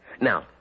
Now